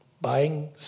Buying